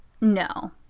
no